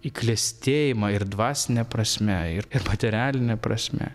į klestėjimą ir dvasine prasme ir ir materialine prasme